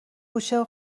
کوچه